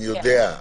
אני יודע,